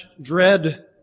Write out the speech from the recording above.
dread